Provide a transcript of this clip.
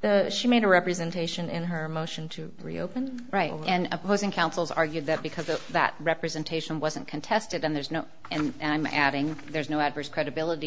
the she made a representation in her motion to reopen right and opposing counsel's argued that because of that representation wasn't contested and there's no and i'm adding there's no adverse credibility